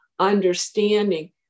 Understanding